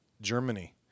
Germany